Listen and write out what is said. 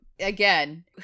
Again